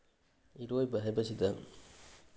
ꯏꯔꯣꯏꯕ ꯍꯥꯏꯕꯁꯤꯗ